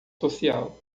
social